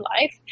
life